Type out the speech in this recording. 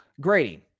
Grady